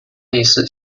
类似